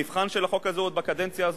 המבחן של החוק הזה עוד בקדנציה הזאת,